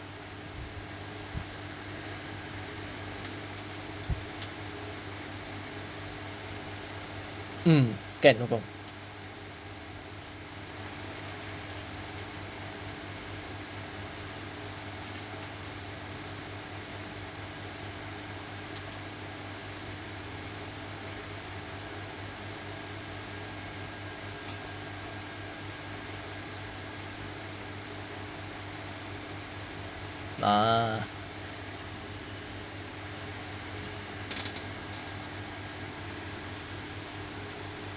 mm can no problem uh